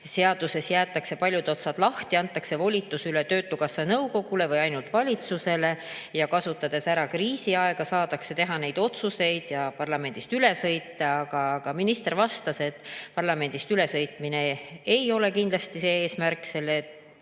seaduses jäetakse paljud otsad lahti, antakse volitus üle töötukassa nõukogule või ainult valitsusele, ja kasutades ära kriisiaega, saadakse teha neid otsuseid ja parlamendist üle sõita. Aga minister vastas, et parlamendist ülesõitmine ei ole kindlasti eesmärk. Selle